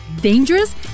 dangerous